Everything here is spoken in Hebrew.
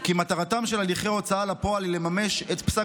כי מטרתם של הליכי ההוצאה לפועל היא לממש את פסק